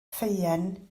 ffeuen